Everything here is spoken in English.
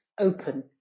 open